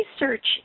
research